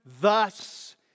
thus